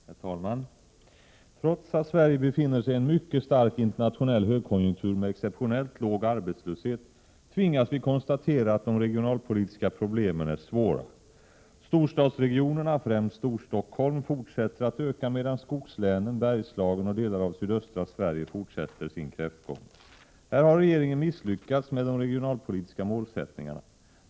Herr talman! Trots att Sverige befinner sig i en mycket stark internationell högkonjunktur med exeptionellt låg arbetslöshet tvingas vi konstatera att de regionalpolitiska problemen är svåra. Storstadsregionerna, främst Storstockholm, fortsätter att öka medan skogslänen, Bergslagen och delar av sydöstra Sverige fortsätter sin kräftgång. Här har regeringen misslyckats med de regionalpolitiska målsättningarna.